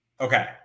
Okay